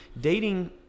Dating